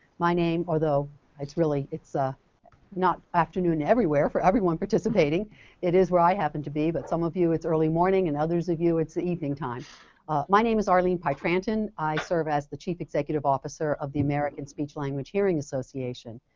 my name although it's really it's a not afternoon everywhere for everyone participating it is where i happen to be but some of you it's early morning and others of you it's the evening time my name is arlene pietranton. i serve as the chief executive officer of the american speech-language-hearing association.